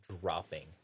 dropping